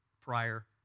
prior